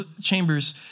Chambers